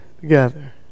together